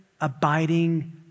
abiding